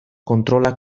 kontrola